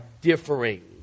differing